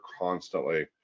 constantly